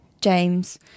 james